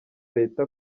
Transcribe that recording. leta